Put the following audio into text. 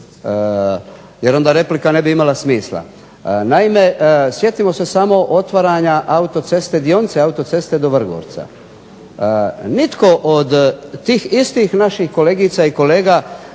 jer onda replika ne bi imala smisla. Naime, sjetimo se samo otvaranja dionice autoceste do Vrgorca, nitko od tih istih naših kolegica i kolega